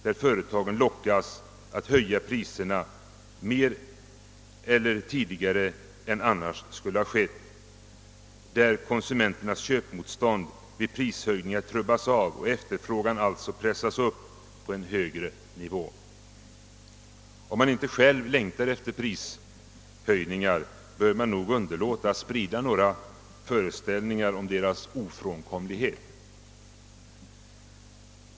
När konsumenternas köpmotstånd vid prishöjningar trubbas av och efterfrågan alltså pressas upp på en högre nivå kan företagen lockas att höja priserna mer eller tidigare än som annars skulle ha skett. Om man inte själv längtar efter prishöjningar bör man underlåta att sprida föreställningar om deras ofrånkomlighet.